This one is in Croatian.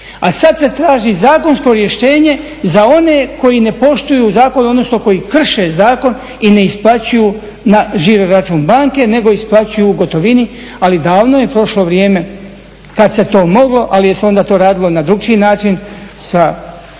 a sad se traži zakonsko rješenje za one koji ne poštuju zakon, odnosno koji krše zakon i ne isplaćuju na žiro račun banke nego isplaćuju u gotovini ali davno je prošlo vrijeme kad se to mogli, ali se je onda to radilo na drukčiji način sa